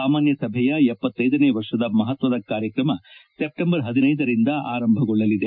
ಸಾಮಾನ್ನ ಸಭೆಯ ಗ್ರನೇ ವರ್ಷದ ಮಹತ್ವದ ಕಾರ್ಯತ್ರಮ ಸೆಪ್ಲೆಂಬರ್ ಬರಿಂದ ಆರಂಭಗೊಳ್ಳಲಿದೆ